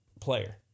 player